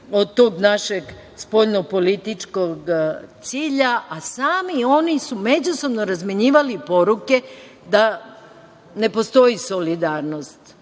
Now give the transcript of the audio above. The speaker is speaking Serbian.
od tog našeg spoljnopolitičkog cilja, a sami oni su međusobno razmenjivali poruke da ne postoji solidarnost